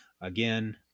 again